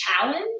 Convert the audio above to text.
challenge